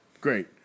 great